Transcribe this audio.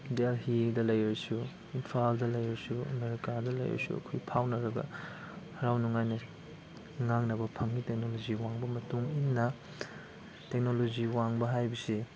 ꯗꯦꯜꯍꯤꯗ ꯂꯩꯔꯁꯨ ꯏꯝꯐꯥꯜꯗ ꯂꯩꯔꯁꯨ ꯑꯃꯦꯔꯤꯀꯥꯗ ꯂꯩꯔꯁꯨ ꯑꯩꯈꯣꯏ ꯐꯥꯎꯅꯔꯒ ꯍꯔꯥꯎ ꯅꯨꯡꯉꯥꯏꯅ ꯉꯥꯡꯅꯕ ꯐꯪꯉꯤ ꯇꯦꯛꯅꯣꯂꯣꯖꯤ ꯋꯥꯡꯕ ꯃꯇꯨꯡ ꯏꯟꯅ ꯇꯦꯛꯅꯣꯂꯣꯖꯤ ꯋꯥꯡꯕ ꯍꯥꯏꯕꯁꯦ